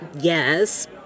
yes